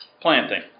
planting